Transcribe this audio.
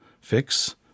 fix